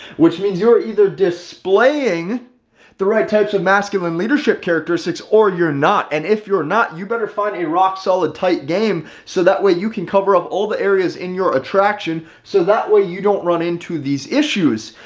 which means you're either displaying the right types of masculine leadership characteristics or you're not. and if you're not, you better find a rock solid tight game. so that way you can cover up all the areas in your attraction, so that way you don't run into these issues.